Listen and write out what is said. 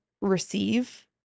receive